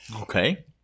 Okay